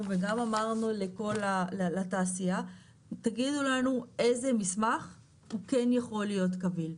וגם אמרנו לתעשייה תגידו לנו איזה מסמך הוא כן יכול להיות קביל,